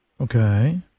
Okay